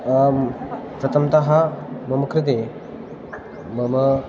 आं प्रथमतः मम कृते मम